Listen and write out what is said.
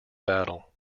battle